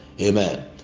amen